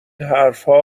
حرفها